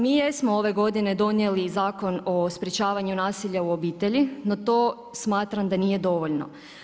Mi jesmo ove godine donijeli Zakon o sprečavanju nasilja u obitelji, no to smatram da nije dovoljno.